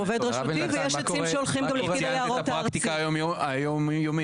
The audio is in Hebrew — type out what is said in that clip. הוא עובד רשותי ויש עצים שהולכים גם לפקיד היערות הארצי.